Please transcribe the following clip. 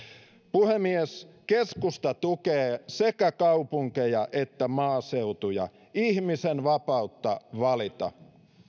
puhemies keskusta tukee sekä kaupunkeja että maaseutuja ihmisen vapautta valita